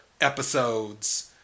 episodes